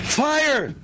fire